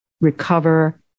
recover